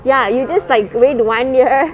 ya you just like wait one year